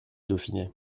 dauphiné